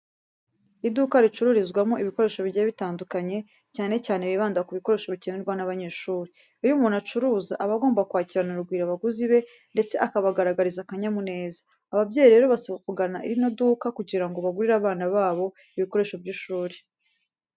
Iduka ricururizwamo ibikoresho bigiye bitandukanye cyane cyane bibanda ku bikoresho bikenerwa n'abanyeshuri. Iyo umuntu acuruza aba agomba kwakirana urugwiro abaguzi be ndetse akabagaragariza akanyamuneza. Ababyeyi rero basabwa kugana rino duka kugira ngo bagurire abana babo ibikoresho by'ishuri.